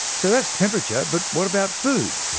so that's temperature, but what about food?